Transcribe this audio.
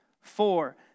Four